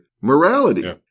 morality